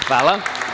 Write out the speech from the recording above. Hvala.